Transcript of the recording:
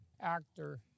actor